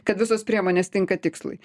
kad visos priemonės tinka tikslui